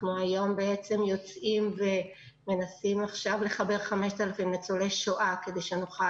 אנחנו מנסים עכשיו לחבר 5,000 ניצולי שואה כדי שנוכל